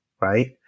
right